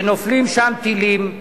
ונופלים שם טילים,